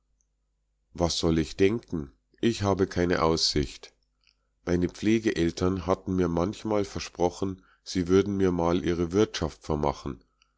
was soll ich denken ich hab keine aussicht meine pflegeeltern hatten mir manchmal versprochen sie würden mir mal ihre wirtschaft vermachen